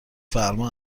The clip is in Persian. فرما